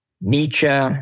Nietzsche